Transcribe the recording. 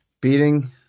beating